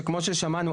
שכמו ששמענו,